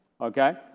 Okay